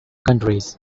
countries